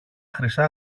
χρυσά